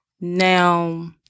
now